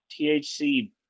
THC